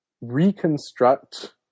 reconstruct